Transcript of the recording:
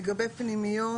לגבי פנימיות,